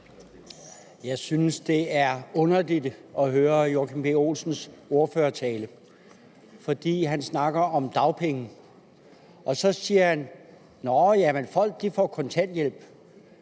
Jeg synes, det er underligt at høre hr. Joachim B. Olsens ordførertale. Han snakker om dagpenge. Og så siger han: Nå ja, men folk får kontanthjælp.